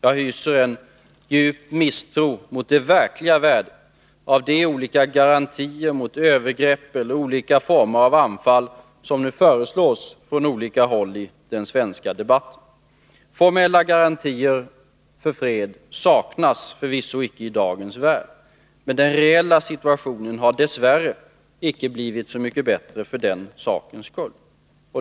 Jag hyser en djup misstro mot det verkliga värdet av de olika garantier mot övergrepp eller olika former av anfall som nu föreslås från olika håll i den svenska debatten. Formella garantier för fred saknas förvisso icke i dagens värld, men den reella situationen har dess värre icke blivit så mycket bättre för den sakens skull.